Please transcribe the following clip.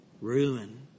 ruin